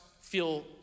feel